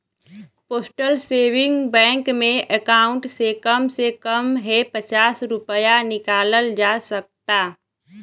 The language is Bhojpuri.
पोस्टल सेविंग बैंक में अकाउंट से कम से कम हे पचास रूपया निकालल जा सकता